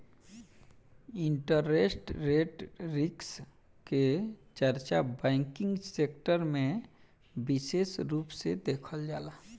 interest rate risk के चर्चा banking sector में बिसेस रूप से देखल जाला